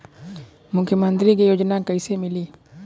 मुख्यमंत्री के योजना कइसे मिली?